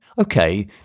Okay